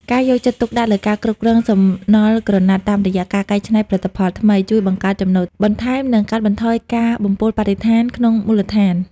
ការយកចិត្តទុកដាក់លើការគ្រប់គ្រងសំណល់ក្រណាត់តាមរយៈការកែច្នៃជាផលិតផលថ្មី ជួយបង្កើតចំណូលបន្ថែម និងកាត់បន្ថយការបំពុលបរិស្ថានក្នុងមូលដ្ឋាន។